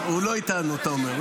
הוא לא איתנו, אתה אומר.